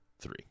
three